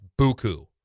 Buku